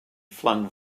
flung